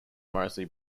mostly